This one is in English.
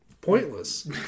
pointless